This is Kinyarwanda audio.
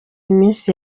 iminsi